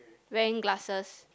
wearing glasses